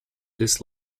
this